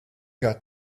got